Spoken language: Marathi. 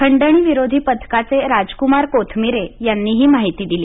खंडणी विरोधी पथकाचे राजकुमार कोथमिरे यांनी ही माहिती दिली